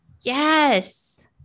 Yes